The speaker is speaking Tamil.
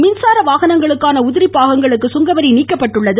மின்சார வாகனங்களுக்கான உதிரி பாகங்களுக்கு சுங்கவரி நீக்கப்பட்டுள்ளது